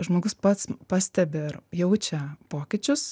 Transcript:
žmogus pats pastebi ir jaučia pokyčius